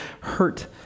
hurt